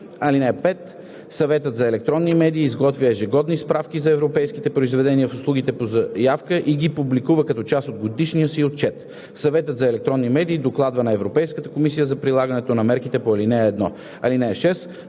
услуги. (5) Съветът за електронни медии изготвя ежегодни справки за европейските произведения в услугите по заявка и ги публикува като част от годишния си отчет. Съветът за електронни медии докладва на Европейската комисия за прилагането на мерките по ал. 1. (6)